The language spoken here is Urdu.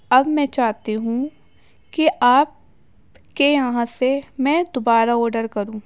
اب میں چاہتی ہوں کہ آپ کے یہاں سے میں دوبارہ آرڈر کروں